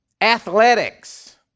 athletics